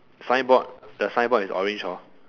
signboard the signboard is orange hor